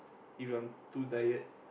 if I'm too tired